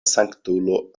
sanktulo